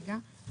רגע,